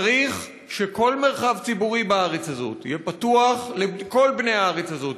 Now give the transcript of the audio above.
צריך שכל מרחב ציבורי בארץ הזאת יהיה פתוח לכל בני הארץ הזאת,